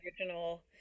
original